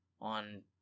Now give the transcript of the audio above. on